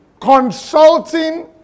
consulting